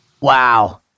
Wow